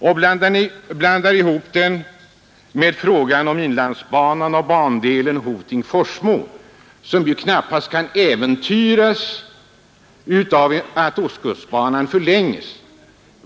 Han blandar ihop Nr 114 problemet med frågan om inlandsbanan och bandelen Hoting—Forsmo, Onsdagen den som ju knappast kan äventyras av att ostkustbanan förlänges.